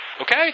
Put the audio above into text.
okay